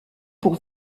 pour